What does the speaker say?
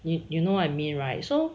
you you know what I mean right so